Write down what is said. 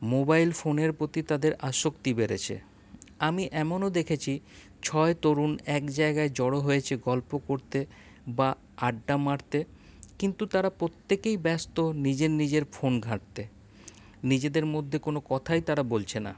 mobile ফোনের প্রতি তাদের আসক্তি বেড়েছে আমি এমনও দেখেছি ছয় তরুন এক জায়গায় জড়ো হয়েছে গল্প করতে বা আড্ডা মারতে কিন্তু তারা প্রত্যেকেই ব্যস্ত নিজের নিজের ফোন ঘাটতে নিজেদের মধ্যে কোনো কথাই তারা বলছে না